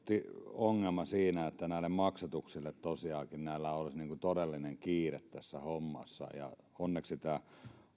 ongelma siinä että näille maksatuksille tosiaankin olisi todellinen kiire tässä hommassa ja onneksi tämä